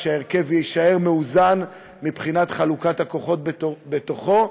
שההרכב יישאר מאוזן מבחינת חלוקת הכוחות בתוכו.